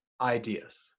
ideas